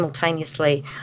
simultaneously